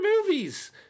movies